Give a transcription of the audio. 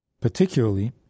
Particularly